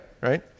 Right